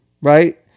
right